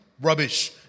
rubbish